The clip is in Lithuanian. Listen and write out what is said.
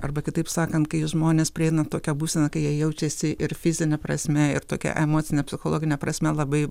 arba kitaip sakan kai žmonės prieina tokią būseną kai jie jaučiasi ir fizine prasme ir tokia emocine psichologine prasme labai